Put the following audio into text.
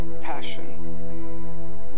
passion